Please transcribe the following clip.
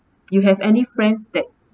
you have any friends that